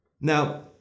Now